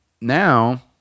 now